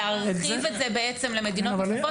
להרחיב את זה למדינות נוספות.